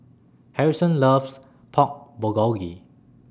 Harrison loves Pork Bulgogi